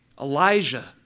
Elijah